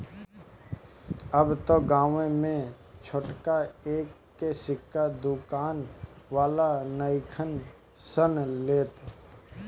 अब त गांवे में छोटका एक के सिक्का दुकान वाला नइखन सन लेत